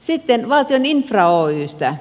sitten valtion infra oystä